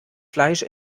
fleisch